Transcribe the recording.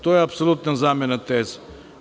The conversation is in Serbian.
To je apsolutna zamena teza.